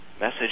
Message